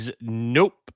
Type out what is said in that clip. Nope